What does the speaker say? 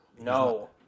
No